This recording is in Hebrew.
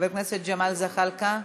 חבר הכנסת ג'מאל זחאלקה,